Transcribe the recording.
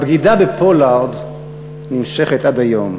הבגידה בפולארד נמשכת עד היום.